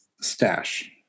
Stash